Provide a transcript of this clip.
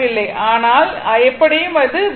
ஆனால் எப்படியும் அது Vs